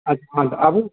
अच्छा हँ तऽ आबू